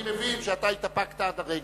אני מבין שהתאפקת עד הרגע,